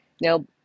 Now